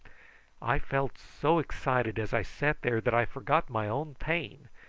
i felt so excited as i sat there that i forgot my own pain,